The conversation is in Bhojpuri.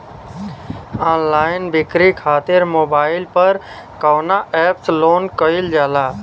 ऑनलाइन बिक्री खातिर मोबाइल पर कवना एप्स लोन कईल जाला?